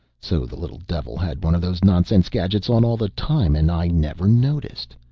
so the little devil had one of those nonsense-gadgets on all the time and i never noticed.